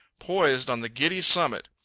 poised on the giddy summit,